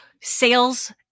sales